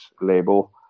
label